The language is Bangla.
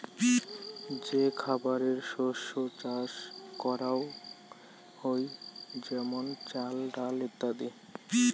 যে খাবারের শস্য চাষ করাঙ হই যেমন চাল, ডাল ইত্যাদি